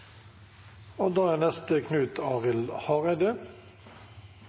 og da er